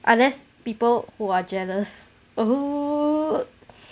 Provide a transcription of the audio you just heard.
unless people who are jealous oo